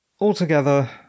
altogether